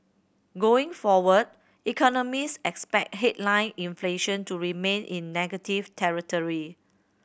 going forward economist expect headline inflation to remain in negative territory